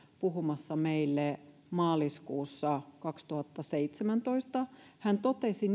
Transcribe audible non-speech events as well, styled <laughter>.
puhumassa meille maaliskuussa kaksituhattaseitsemäntoista hän totesi <unintelligible>